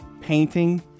Painting